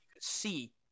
see